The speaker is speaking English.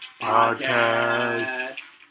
Podcast